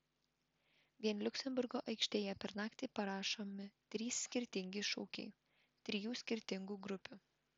vien liuksemburgo aikštėje per naktį parašomi trys skirtingi šūkiai trijų skirtingų grupių